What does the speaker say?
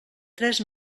tres